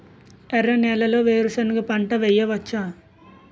ఎర్ర నేలలో వేరుసెనగ పంట వెయ్యవచ్చా?